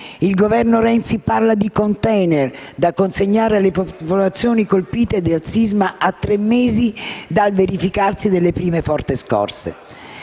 Il Governo Renzi parla di *container* da consegnare alle popolazioni colpite dal sisma a tre mesi dal verificarsi delle prime forti scosse.